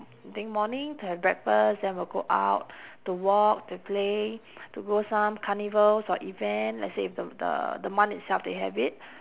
I think morning to have breakfast then we'll go out to walk to play to go some carnivals or event let's say if the the month itself they have it